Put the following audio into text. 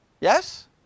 yes